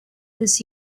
this